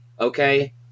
okay